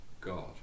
God